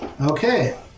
Okay